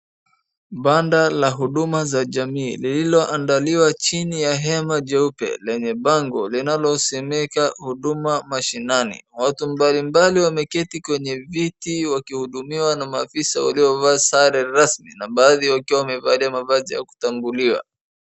Banda la huduma za jamii lililoandaliwa chini ya hema jeupe lenye bango linalosiieka huduma mashinani. Watu mbalimbali wameketi kwenye viti wakihudumiwa na maafisa waliovaa sare rasmi na baadhi wakiwa wamevalia mavazi ya kutambuliwa.